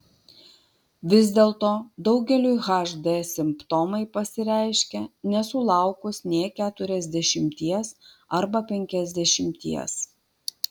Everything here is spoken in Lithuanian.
vis dėlto daugeliui hd simptomai pasireiškia nesulaukus nė keturiasdešimties arba penkiasdešimties